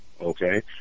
Okay